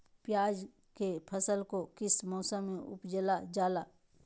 प्याज के फसल को किस मौसम में उपजल जाला?